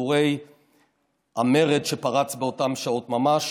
כדורי המרד שפרץ באותן השעות ממש.